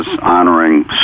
honoring